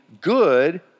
good